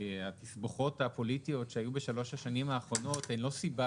התסבוכות הפוליטיות שהיו בשלוש השנים האחרונות הן לא סיבה